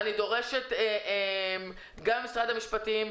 אני דורשת ממשרד המשפטים,